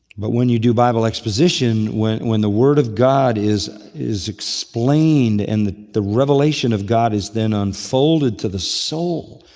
but when you do bible exposition, when when the word of god is is explained and the the revelation of god is then unfolded to the soul,